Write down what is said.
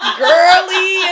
girly